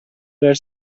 were